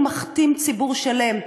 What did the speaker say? הוא מכתים ציבור שלם,